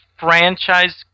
Franchise